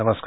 नमस्कार